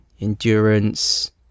endurance